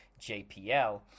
JPL